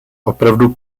opravdu